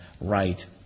right